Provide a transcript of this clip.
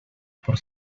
por